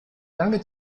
lange